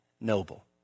noble